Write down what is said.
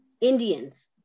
indians